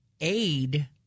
aid